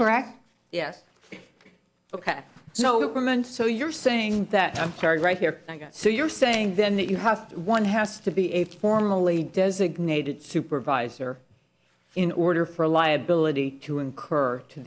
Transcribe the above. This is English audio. correct yes ok so woman so you're saying that i'm sorry right here i got so you're saying then that you have one has to be a formally designated supervisor in order for liability to incur to